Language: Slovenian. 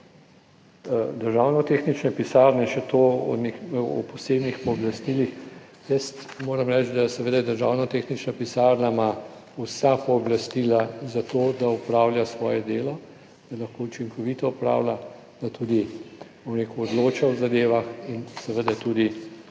državno tehnične pisarne, še to o posebnih pooblastilih. Jaz moram reči, da seveda Državna tehnična pisarna ima vsa pooblastila za to, da opravlja svoje delo, da lahko učinkovito opravlja, da tudi, bom rekel, odloča o zadevah in seveda tudi